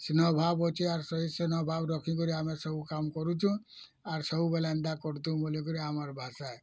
ସ୍ନେହ ଭାବ୍ ଅଛି ଆର୍ ଶହେ ସ୍ନେହ ଭାବ୍ ରଖିକରି ଆମେ ସବୁ କାମ୍ କରୁଛୁଁ ଆର୍ ସବୁବେଲେ ଏନ୍ତା କରୁଥିବୁଁ ବୋଲିକରି ଆମର୍ ଭାଷା